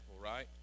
right